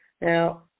Now